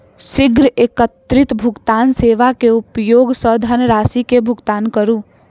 शीघ्र एकीकृत भुगतान सेवा के उपयोग सॅ धनरशि के भुगतान करू